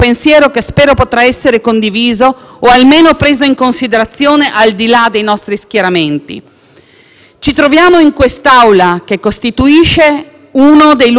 ci troviamo in quest'Aula, che costituisce uno dei luoghi sacri della nostra democrazia, dove ogni cosa ci ricorda i nostri doveri,